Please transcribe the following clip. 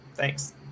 Thanks